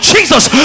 Jesus